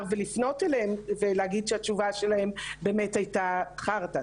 ולפנות אליהם ולהגיד שהתשובה שלהם באמת הייתה "חרטה",